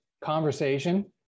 conversation